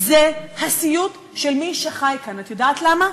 זה הסיוט של מי שחי כאן, את יודעת למה?